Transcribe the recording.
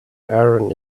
aaron